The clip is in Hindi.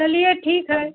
चलिए ठीक है